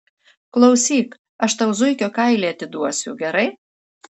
klausyk aš tau zuikio kailį atiduosiu gerai